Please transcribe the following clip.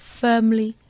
firmly